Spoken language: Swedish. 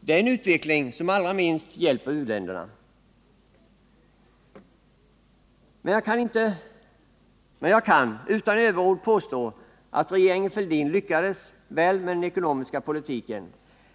Det är en utveckling som allra minst hjälper u-länderna. Men jag kan utan överord påstå att regeringen Fälldin lyckades väl med den ekonomiska politiken.